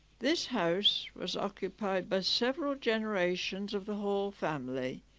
this house was occupied by several generations of the hall family.